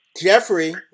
Jeffrey